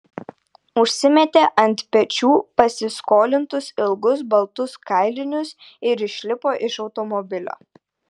užsimetė ant pečių pasiskolintus ilgus baltus kailinius ir išlipo iš automobilio